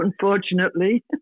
unfortunately